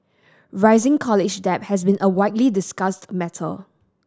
rising college debt has been a widely discussed matter